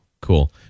Cool